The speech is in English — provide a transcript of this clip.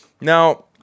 Now